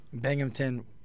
Binghamton